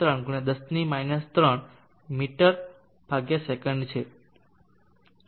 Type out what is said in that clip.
3 × 10 3 મી સેકંડ છે